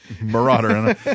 marauder